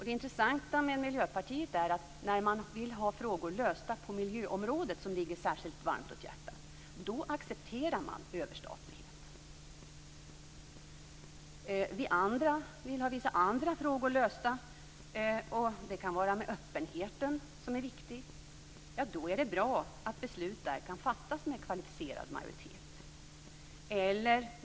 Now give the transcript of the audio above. Det intressanta med Miljöpartiet är att när man vill ha frågor lösta på miljöområdet, som ligger särskilt varmt om hjärtat, accepterar man överstatlighet. Vi andra vill ha vissa andra frågor lösta. Det kan vara öppenheten som är viktig. Då är det bra att beslut där kan fattas med kvalificerad majoritet.